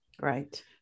right